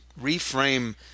reframe